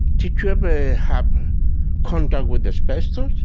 did you ever have contact with asbestos? ah